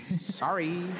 Sorry